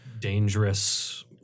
dangerous